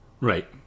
Right